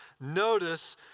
notice